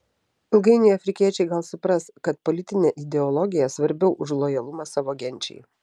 ilgainiui afrikiečiai gal supras kad politinė ideologija svarbiau už lojalumą savo genčiai